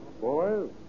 Boys